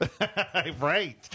Right